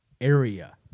area